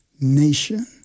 nation